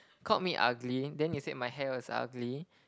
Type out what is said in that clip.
called me ugly then you said my hair was ugly